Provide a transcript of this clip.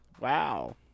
Wow